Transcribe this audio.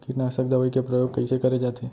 कीटनाशक दवई के प्रयोग कइसे करे जाथे?